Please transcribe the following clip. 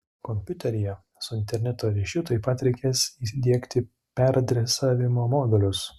kompiuteryje su interneto ryšiu taip pat reikės įdiegti peradresavimo modulius